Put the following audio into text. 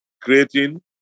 creating